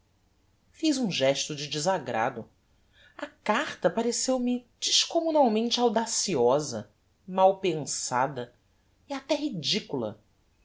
fiz um gesto de desagrado a carta pareceu-me descommunalmente audaciosa mal pensada e até ridicula